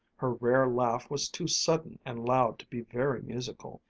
her rare laugh was too sudden and loud to be very musical,